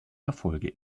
erfolge